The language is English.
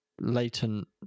latent